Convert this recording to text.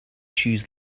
choose